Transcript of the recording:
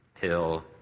till